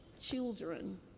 children